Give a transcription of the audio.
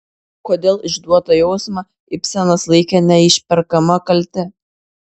kodėl išduotą jausmą ibsenas laikė neišperkama kalte